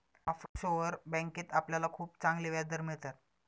offshore बँकेत आपल्याला खूप चांगले व्याजदर मिळतात